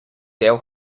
del